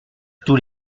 tous